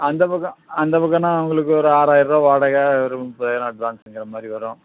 அந்த பக்கம் அந்த பக்கன்னா உங்களுக்கு ஒரு ஆறாயிரூபா வாடகை ஒரு முப்பதாயிரம் அட்வான்ஸுங்கிற மாதிரி வரும்